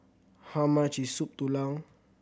how much is Soup Tulang